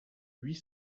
huit